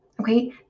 Okay